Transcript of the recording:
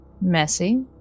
Messy